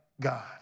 God